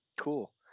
Cool